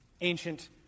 ancient